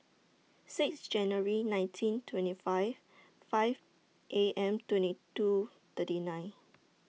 six January nineteen twenty five five A M twenty two thirty nine